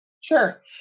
Sure